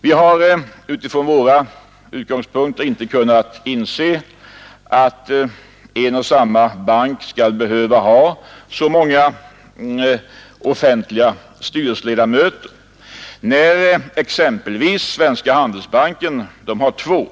Vi har från våra utgångspunkter inte kunnat inse att en och samma bank skall behöva ha så många offentliga styrelseledamöter mot bakgrunden av att exempelvis Svenska handelsbanken endast har två sådana.